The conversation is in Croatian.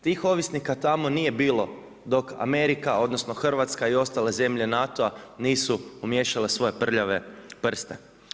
Tih ovisnika tamo nije bilo dok Amerika, odnosno Hrvatska i ostale zemlje NATO-a nisu umiješale svoje prljave prste.